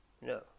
No